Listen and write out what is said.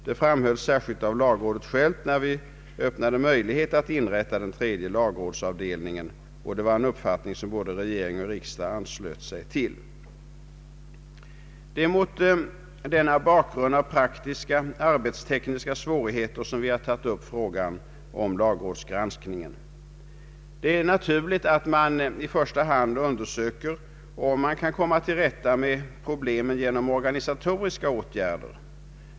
Det framhölls särskilt av lagrådet självt när vi öppnade möjligheten att inrätta den tredje lagrådsavdelningen, och det var en uppfattning som både regering och riksdag anslöt sig till. Det är mot bakgrunden av de praktiska och arbetstekniska svårigheterna som vi har tagit upp frågan om lagrådsgranskningen. Det är naturligt att man i första hand undersöker om man kan komma till rätta med problemen genom organisatoriska åtgärder.